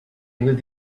with